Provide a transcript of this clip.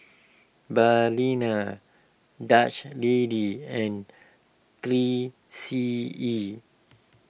Dutch Lady and three C E